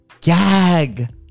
Gag